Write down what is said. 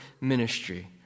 ministry